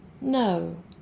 No